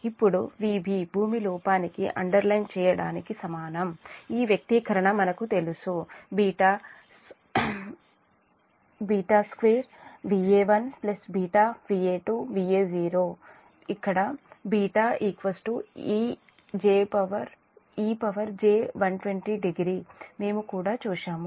ఇప్పుడుVb ground లోపానికి underline చేయడానికి సమానం ఈ వ్యక్తీకరణ మనకు తెలుసు β2 Va1 β Va2 Va0 β ej120degree degree మేము కూడా చూశాము